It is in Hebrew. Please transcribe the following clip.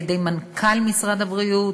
על-ידי מנכ"ל משרד הבריאות,